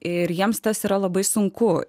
ir jiems tas yra labai sunku